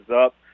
up